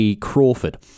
Crawford